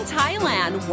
Thailand